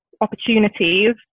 opportunities